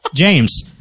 James